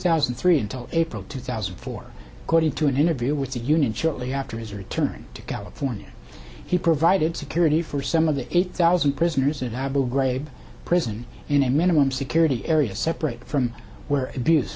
thousand and three until april two thousand and four to an interview with the union shortly after his return to california he provided security for some of the eight thousand prisoners at abu ghraib prison in a minimum security area separate from where abuse